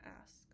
ask